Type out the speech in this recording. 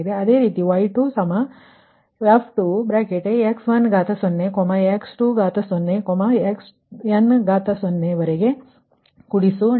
ಅದೇ ರೀತಿ y2 ಸಮ f2x10 x20 xn0 ರ ವರೆಗೆ∆x ಗೆ ಸಮಾನವಾಗಿರುತ್ತದೆ ∆xn df2dxnವರೆಗೆ